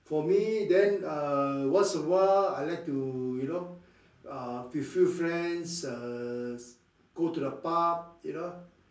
for me then uh once a while I like to you know uh with few friends err go to the pub you know